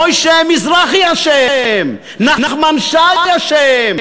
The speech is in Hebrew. מוישה מזרחי אשם, נחמן שי אשם,